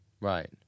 right